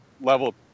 level